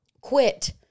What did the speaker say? quit